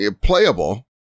playable